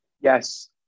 Yes